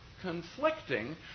conflicting